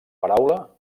paraula